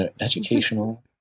educational